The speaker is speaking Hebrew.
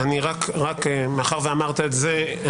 מאחר שאמרת את זה,